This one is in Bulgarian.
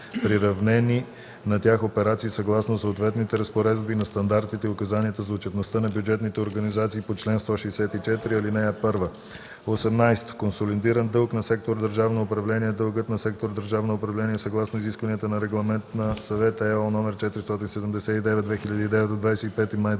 на тях операции съгласно съответните разпоредби на стандартите и указанията за отчетността на бюджетните организации по чл. 164, ал. 1. 18. „Консолидиран дълг на сектор „Държавно управление” е дългът на сектор „Държавно управление“ съгласно изискванията на Регламент на Съвета (ЕО) № 479/2009 от 25